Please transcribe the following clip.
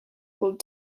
called